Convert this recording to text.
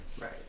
right